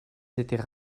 étaient